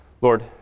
Lord